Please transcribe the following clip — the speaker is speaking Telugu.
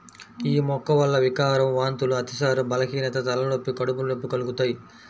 యీ మొక్క వల్ల వికారం, వాంతులు, అతిసారం, బలహీనత, తలనొప్పి, కడుపు నొప్పి కలుగుతయ్